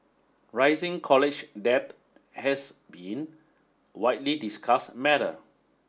rising college debt has been widely discussed matter